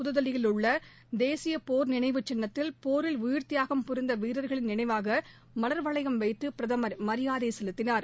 புதுதில்லியில் உள்ள தேசிய போர் நினைவு சின்னத்தில் போரில் உயிர்த்தியாகம் புரிந்த வீரர்களின் நினைவாக மலர்வளையம் வைத்து பிரதமர் மரியாதை செலுத்தினார்